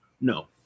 No